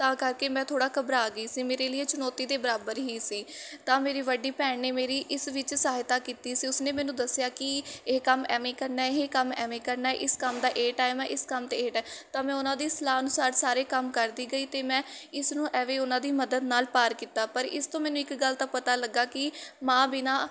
ਤਾਂ ਕਰਕੇ ਮੈਂ ਥੋੜ੍ਹਾ ਘਬਰਾ ਗਈ ਸੀ ਮੇਰੇ ਲਈ ਇਹ ਚੁਣੌਤੀ ਦੇ ਬਰਾਬਰ ਹੀ ਸੀ ਤਾਂ ਮੇਰੀ ਵੱਡੀ ਭੈਣ ਨੇ ਮੇਰੀ ਇਸ ਵਿੱਚ ਸਹਾਇਤਾ ਕੀਤੀ ਸੀ ਉਸਨੇ ਮੈਨੂੰ ਦੱਸਿਆ ਕਿ ਇਹ ਕੰਮ ਐਵੇਂ ਕਰਨਾ ਇਹ ਕੰਮ ਐਵੇਂ ਕਰਨਾ ਇਸ ਕੰਮ ਦਾ ਇਹ ਟਾਈਮ ਹੈ ਇਸ ਕੰਮ ਦਾ ਇਹ ਟਾਈਮ ਤਾਂ ਮੈਂ ਉਹਨਾਂ ਦੀ ਸਲਾਹ ਅਨੁਸਾਰ ਸਾਰੇ ਕੰਮ ਕਰਦੀ ਗਈ ਅਤੇ ਮੈਂ ਇਸ ਨੂੰ ਐਵੇਂ ਉਹਨਾਂ ਦੀ ਮਦਦ ਨਾਲ ਪਾਰ ਕੀਤਾ ਪਰ ਇਸ ਤੋਂ ਮੈਨੂੰ ਇੱਕ ਗੱਲ ਤਾਂ ਪਤਾ ਲੱਗਾ ਕਿ ਮਾਂ ਬਿਨਾਂ